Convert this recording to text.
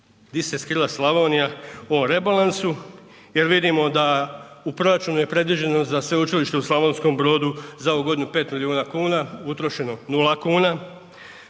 Di se skrila Slavonija u ovom rebalansu jer vidimo da u proračunu je predviđeno za Sveučilište u Slavonskom Brodu za ovu godinu 5 milijuna kuna, utrošeno nula kuna.